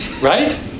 right